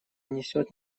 несет